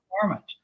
performance